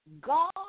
God